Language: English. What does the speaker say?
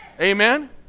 Amen